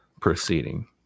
proceeding